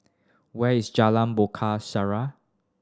where is Jalan